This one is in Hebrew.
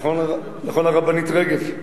נכון, הרבנית רגב?